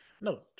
No